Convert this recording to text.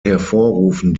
hervorrufen